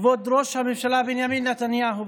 כבוד ראש הממשלה בנימין נתניהו,